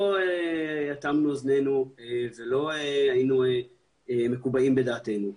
לא אטמנו אוזנינו ולא היינו מקובעים בדעתנו.